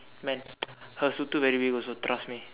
man her சூத்து:suuththu very big also trust me